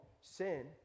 sin